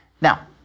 Now